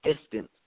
distance